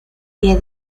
pie